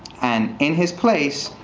and in his place,